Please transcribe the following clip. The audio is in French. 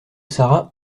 sara